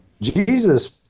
jesus